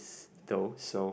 though so